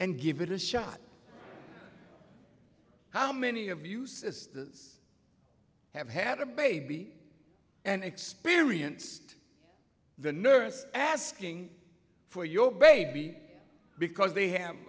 and give it a shot how many of you sisters have had a baby and experience the nurse asking for your baby because they have